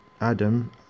Adam